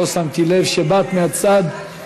לא שמתי לב שבאת מהצד.